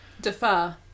defer